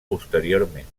posteriorment